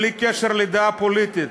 בלי קשר לדעה פוליטית,